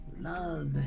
love